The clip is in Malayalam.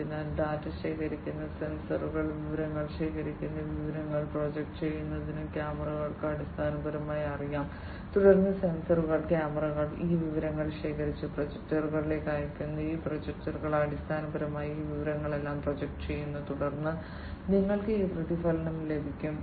അതിനാൽ ഡാറ്റ ശേഖരിക്കുന്ന സെൻസറുകൾ വിവരങ്ങൾ ശേഖരിക്കുന്ന വിവരങ്ങളിൽ പ്രൊജക്റ്റ് ചെയ്യുന്നതും ക്യാമറകൾക്കും അടിസ്ഥാനപരമായി അറിയാം തുടർന്ന് സെൻസറുകൾ ക്യാമറകൾ ഈ വിവരങ്ങൾ ശേഖരിച്ച് പ്രൊജക്ടറുകളിലേക്ക് അയയ്ക്കുന്നു ഈ പ്രൊജക്റ്റർ അടിസ്ഥാനപരമായി ഈ വിവരങ്ങളെല്ലാം പ്രൊജക്റ്റ് ചെയ്യുന്നു തുടർന്ന് നിങ്ങൾക്ക് ഈ പ്രതിഫലനം ലഭിക്കും